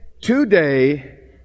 today